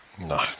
No